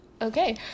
Okay